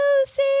Lucy